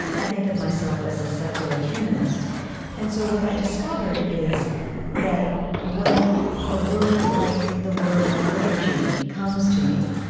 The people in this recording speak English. i think of myself as a secular humanist and so what i discovered is that when a word like the word liturgy comes to me,